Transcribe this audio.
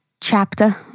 chapter